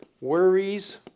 Worries